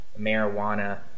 marijuana